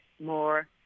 more